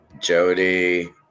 Jody